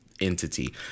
entity